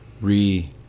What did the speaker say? re